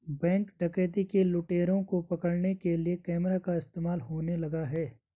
Bank डकैती के लुटेरों को पकड़ने के लिए कैमरा का इस्तेमाल होने लगा है?